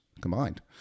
combined